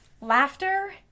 laughter